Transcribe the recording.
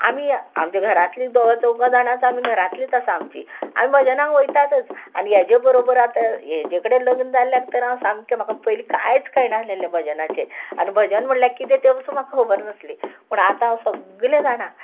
आमी आमच्या घरांतली दोळो चौको जाणांचो आमी घरांतलीच आसा आमची आमी भजनांक वयतातच आनी हेजे बरोबर आतां हेजे कडेन लग्न जाल्ल्याक तर हांव सामकें म्हाका पयलीं कांयच कळनासलें भजनाचें आनी भजन म्हणल्यार कितें तें वचून म्हाका खबर नासलें पूण आतां हांव सगलें जाणां